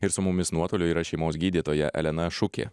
ir su mumis nuotoliu yra šeimos gydytoja elena šukė